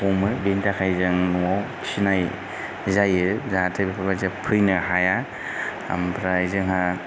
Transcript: हमो बेनि थाखाय जों न'आव फिनाय जायो जाहाथे बिफोरबादिया जाहाथे बिफोरबादिया फैनो हाया आमफ्राय जोंहा